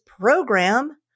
program